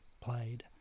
played